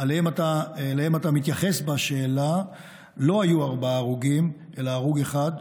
שאליהן אתה מתייחס בשאלה לא היו ארבעה הרוגים אלא הרוג אחד,